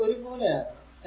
അത് ഒരേ പോലെ ആകണം